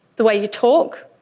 the way you talk,